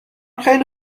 خیلی